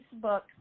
Facebook